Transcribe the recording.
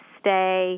stay